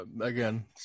Again